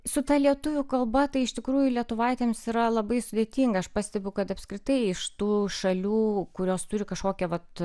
su ta lietuvių kalba tai iš tikrųjų lietuvaitėms yra labai sudėtinga aš pastebiu kad apskritai iš tų šalių kurios turi kažkokią vat